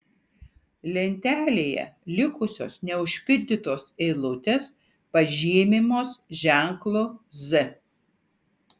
lentelėje likusios neužpildytos eilutės pažymimos ženklu z